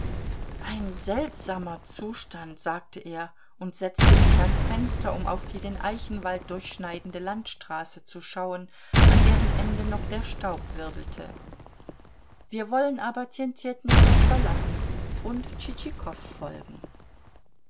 ein seltsamer zustand sagte er und setzte sich ans fenster um auf die den eichenwald durchschneidende landstraße zu schauen an deren ende noch der staub wirbelte wir wollen aber tjentjetnikow verlassen und tschitschikow folgen